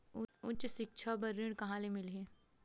उच्च सिक्छा बर ऋण कहां ले मिलही?